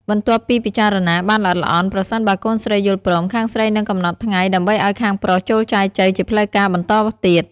បន្ទាប់ពីពិចារណាបានល្អិតល្អន់ ប្រសិនបើកូនស្រីយល់ព្រម ខាងស្រីនឹងកំណត់ថ្ងៃដើម្បីឲ្យខាងប្រុសចូលចែចូវជាផ្លូវការបន្តទៀត។